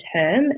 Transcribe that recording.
term